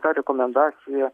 ta rekomendacija